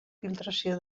filtració